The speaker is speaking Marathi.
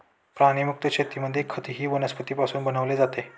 प्राणीमुक्त शेतीमध्ये खतही वनस्पतींपासून बनवले जाते